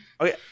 Okay